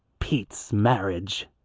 pete's marriage!